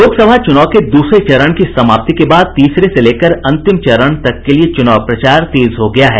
लोकसभा चूनाव के दूसरे चरण की समाप्ति के बाद तीसरे से लेकर अंतिम चरण तक के लिए चुनाव प्रचार तेज हो गया है